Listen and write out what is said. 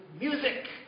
music